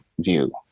view